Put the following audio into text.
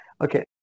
Okay